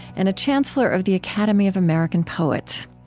and a chancellor of the academy of american poets.